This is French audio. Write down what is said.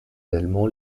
allemands